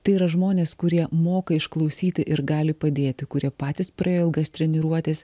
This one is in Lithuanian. tai yra žmonės kurie moka išklausyti ir gali padėti kurie patys praėjo ilgas treniruotes